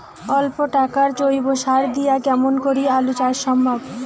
অল্প টাকার জৈব সার দিয়া কেমন করি আলু চাষ সম্ভব?